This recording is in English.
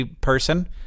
person